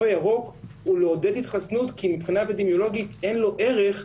הירוק הוא לעודד התחסנות כי מבחינה אפידמיולוגית אין לו ערך,